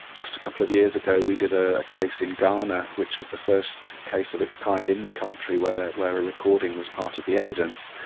just a couple of years ago we did ah a case in ghana which was the first case of its kind in the country where where a recording was part of the evidence.